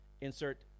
insert